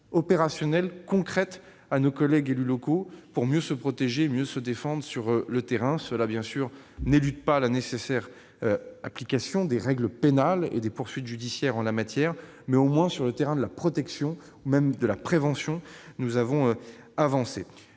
opérationnelles, concrètes à nos collègues élus locaux pour mieux les protéger, mieux les défendre sur le terrain. Cela n'élude pas la nécessaire application des règles pénales et des poursuites judiciaires en la matière, mais, au moins, sur le terrain de la protection et de la prévention, nous avons avancé.